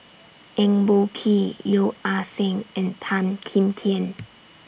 Eng Boh Kee Yeo Ah Seng and Tan Kim Tian